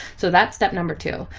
so that's step number two.